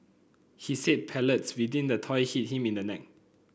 he said pellets within the toy hit him in the neck